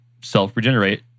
self-regenerate